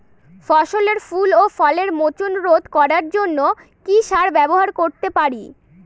ফসলের ফুল ও ফলের মোচন রোধ করার জন্য কি সার ব্যবহার করতে পারি?